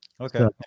Okay